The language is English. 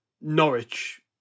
Norwich